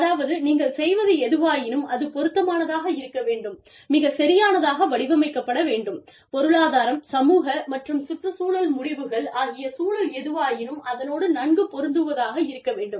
அதாவது நீங்கள் செய்வது எதுவாயினும் அது பொருத்தமானதாக இருக்க வேண்டும் மிகச்சரியானதாக வடிவமைக்கப்பட வேண்டும் பொருளாதார சமூக மற்றும் சுற்றுச்சூழல் முடிவுகள் ஆகிய சூழல் எதுவாயினும் அதனோடு நன்கு பொருந்துவதாக இருக்க வேண்டும்